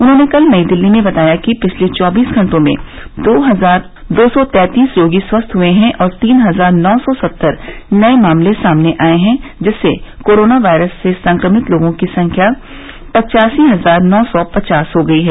उन्होंने कल नई दिल्ली में बताया कि पिछले चौबीस घंटों में दो हजार दो सौ तैंतीस रोगी स्वस्थ हुए हैं और तीन हजार नौ सौ सत्तर नये मामले सामने आये हैं जिससे कोरोना वायरस से संक्रमित लोगों की कुल संख्या पच्चासी हजार नौ सौ पचास हो गयी है